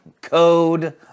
code